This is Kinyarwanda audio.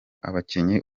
abakinnyi